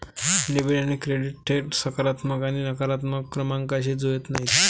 debit आणि credit थेट सकारात्मक आणि नकारात्मक क्रमांकांशी जुळत नाहीत